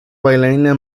bailarina